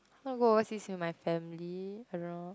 i wanna go overseas with my family i don't know